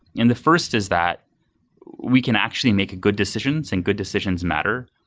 and the first is that we can actually make good decisions, and good decisions matter.